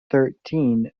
thirteen